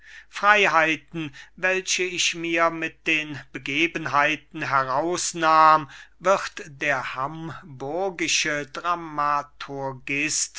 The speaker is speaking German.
freiheiten welche ich mir mit den begebenheiten herausnahm wird der hamburgische dramaturgist